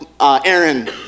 Aaron